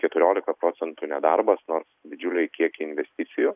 keturiolika procentų nedarbas nors didžiuliai kiekiai investicijų